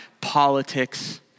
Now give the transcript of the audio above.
politics